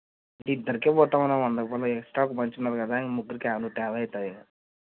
ఇద్దరికి పోతామన్న వంద రూపాయలకి ఎక్స్ట్రా ఒక మనిషి ఉన్నారు కదా ముగ్గురికి నూట యాభై అవుతుంది